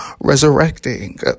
resurrecting